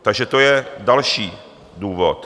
Takže to je další důvod.